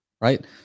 Right